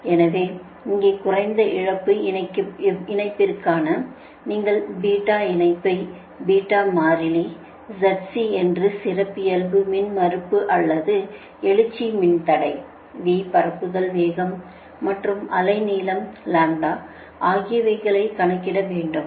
0115 micro farad எனவே இங்கே குறைந்த இழப்பு இணைப்பிற்காக நீங்கள் பீட்டா இணைப்பு பீட்டா மாறிலி Zc என்று சிறப்பியல்பு மின்மறுப்பு அல்லது எழுச்சி மின்தடை v பரப்புதல் வேகம் மற்றும் அலை நீளம் லாம்ப்டா ஆகியவைகளை கணக்கிட வேண்டும்